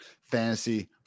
Fantasy